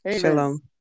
Shalom